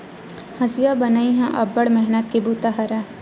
हँसिया बनई ह अब्बड़ मेहनत के बूता हरय